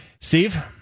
Steve